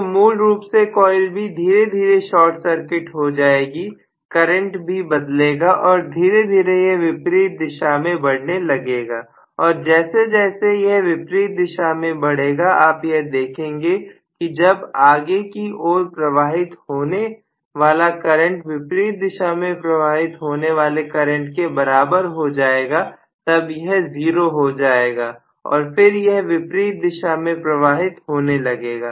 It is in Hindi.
तो मूल रूप से कॉइल B धीरे धीरे शॉर्ट सर्किट हो जाएगी करंट भी बदलेगा और धीरे धीरे यह विपरीत दिशा में बढ़ने लगेगा और जैसे जैसे यह विपरीत दिशा में बढ़ेगा आप यह देखेंगे कि जब आगे की ओर प्रवाहित होने वाला करंट विपरीत दिशा में प्रवाहित होने वाले करंट के बराबर हो जाएगा तब यह 0 हो जाएगा और फिर यह विपरीत दिशा में प्रवाहित होने लगेगा